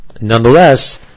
Nonetheless